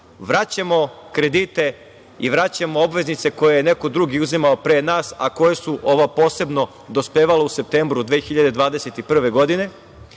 vraćamo kredite i vraćamo obveznice koje je neko drugi uzimao pre nas, a koje su, ova posebno, dospevale u septembru 2021. godine